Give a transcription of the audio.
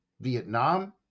Vietnam